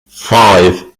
five